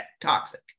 toxic